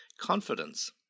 confidence